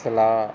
ਸਲਾਹ